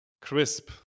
CRISP